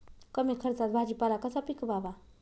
कमी खर्चात भाजीपाला कसा पिकवावा?